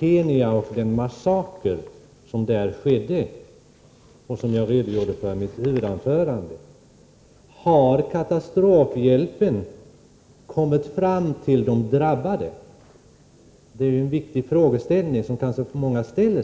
Kenya och den massaker som där skedde och som jag redogjorde för i mitt huvudanförande. Har katastrofhjälpen kommit fram till de drabbade i de här områdena? — Det är en viktig fråga, som kanske många ställer.